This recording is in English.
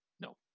No